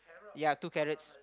yea two carrots